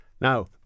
now